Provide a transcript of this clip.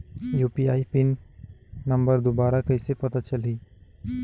UPI के PIN number दुबारा कइसे पता चलही?